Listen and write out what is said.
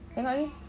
tengok lagi